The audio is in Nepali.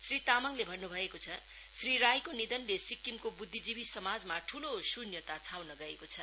श्री तामाङले भन्नु भएको छ श्री राईको निधनले सिक्किमको बुद्धिजीवी समाजमा ठूलो शून्यता छाउन गएको छ